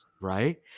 right